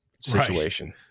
situation